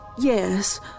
yes